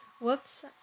Whoops